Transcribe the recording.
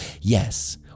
Yes